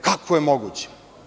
Kako je moguće?